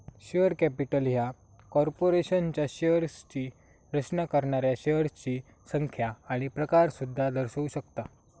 share capital ह्या कॉर्पोरेशनच्या शेअर्सची रचना करणाऱ्या शेअर्सची संख्या आणि प्रकार सुद्धा दर्शवू शकता